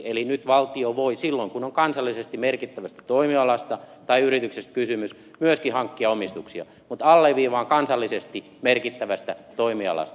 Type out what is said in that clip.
eli nyt valtio voi silloin kun on kansallisesti merkittävästä toimialasta tai yrityksestä kysymys myöskin hankkia omistuksia mutta alleviivaan kansallisesti merkittävästä toimialasta